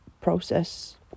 process